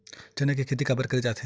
चना के खेती काबर करे जाथे?